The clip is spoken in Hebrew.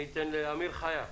אמיר חייק,